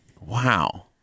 Wow